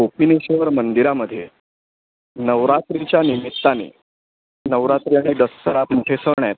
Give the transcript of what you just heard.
कोपिनेश्वर मंदिरामध्ये नवरात्रीच्या निमित्ताने नवरात्री आणि दसरा जे सण आहेत